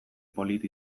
polit